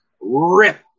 rip